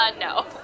no